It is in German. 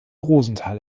rosenthal